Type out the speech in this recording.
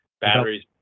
batteries